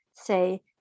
Say